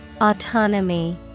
Autonomy